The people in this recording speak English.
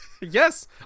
Yes